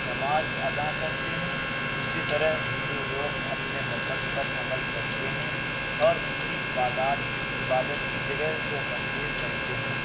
نماز ادا کرتے ہیں اسی طرح ہندو لوگ اپنے مذہب پر عمل کرتے ہیں اور ان کی عبادات عبادت کی جگہ کو مندر کہتے ہیں